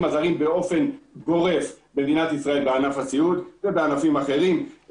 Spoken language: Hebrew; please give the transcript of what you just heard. הזרים באופן גורף במדינת ישראל בענף הסיעוד ובענפים אחרים.